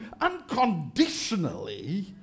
unconditionally